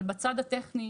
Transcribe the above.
אבל בצד הטכני,